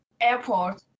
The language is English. airport